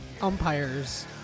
umpires